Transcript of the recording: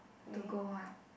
to go ah